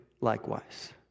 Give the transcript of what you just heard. likewise